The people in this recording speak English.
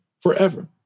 forever